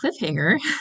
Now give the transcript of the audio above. cliffhanger